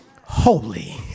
holy